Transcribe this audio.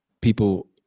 people